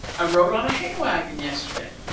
i rode on a hay wagon yesterday.